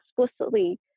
explicitly